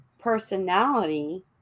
personality